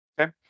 Okay